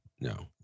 no